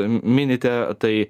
minite tai